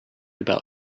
about